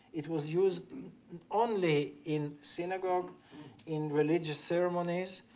it was used only in synagogue in religious ceremonies.